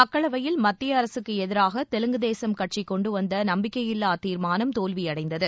மக்களவையில் மத்திய அரசுக்கு எதிராக தெலுங்குதேசம் கட்சி கொண்டுவந்த நம்பிக்கையில்லா தீர்மானம் தோல்வியடைந்தது